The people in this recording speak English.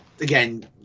again